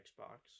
Xbox